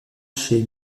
chez